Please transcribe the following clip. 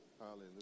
Hallelujah